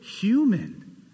human